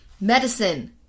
medicine